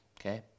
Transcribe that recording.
okay